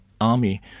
Army